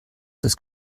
das